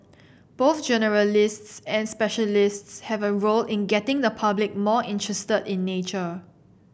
both generalists and specialists have a role in getting the public more interested in nature